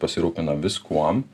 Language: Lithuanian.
pasirūpina viskuom